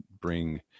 bring